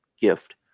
gift